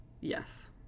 Yes